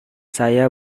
saya